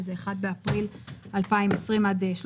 שזה 1 באפריל 2020 עד 31